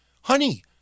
Honey